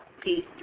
Peace